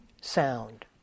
sound